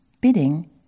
bidding